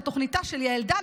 בתוכניתה של יעל דן,